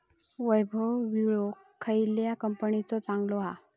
वैभव विळो खयल्या कंपनीचो चांगलो हा?